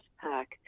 pack